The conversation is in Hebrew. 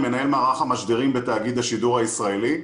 מנהל מערך המשדרים בתאגיד השידור הישראלי.